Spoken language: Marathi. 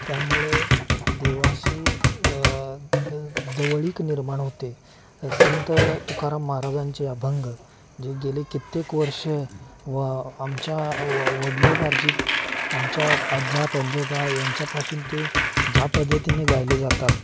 त्यामुळे देवाशी जवळीक निर्माण होते संत तुकाराम महाराजांचे अभंग जे गेले कित्येक वर्ष व आमच्या व वडिलोपार्जित आमच्या आजा पंजोबा यांच्यापासून ते ज्या पद्धतीने गायले जातात